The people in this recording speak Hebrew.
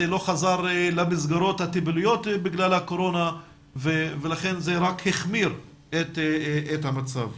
לא חזר למסגרות הטיפוליות בגלל הקורונה ולכן זה רק החמיר את המצב.